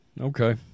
Okay